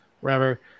wherever